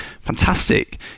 fantastic